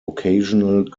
occasional